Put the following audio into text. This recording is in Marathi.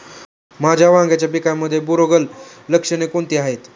माझ्या वांग्याच्या पिकामध्ये बुरोगाल लक्षणे कोणती आहेत?